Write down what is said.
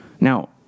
Now